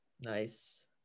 Nice